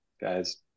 guys